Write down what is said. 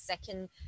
second